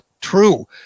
true